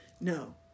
no